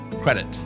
credit